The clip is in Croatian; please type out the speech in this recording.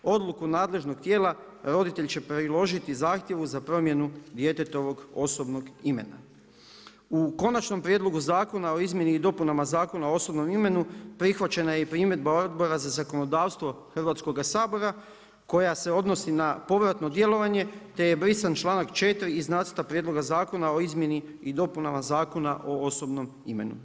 Odluku nadležnog tijela roditelj će priložiti zahtjevu za promjenu djetetovog osobnog imena.“ U Konačnom prijedlogu Zakona o izmjenu i dopunama Zakona o osobnom imenu, prihvaćena je i primjedba Odbora za zakonodavstvo Hrvatskoga sabora koja se odnosi na povratno djelovanjem te brisan članaka 4. iz Nacrta prijedloga Zakona o izmjenama i dopuni Zakona o osobnom imenu.